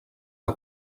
que